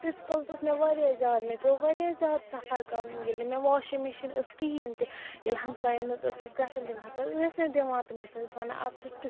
تیٖتِس کالَس ٲس مےٚ واریاہ زیادٕ مےٚ پیٛو واریاہ زیادٕ سفر کَرُن ییٚلہِ نہٕ مےٚ واشنٛگ مِشیٖن ٲس کِہیٖنۍ تہِ ییٚلہِ ہمساین ہُنٛد ٲسٕس گژھان تِم ہسا ٲسۍ نہٕ دِوان تِم ہسا ٲسۍ وَنان اَتھ چھُ ٹ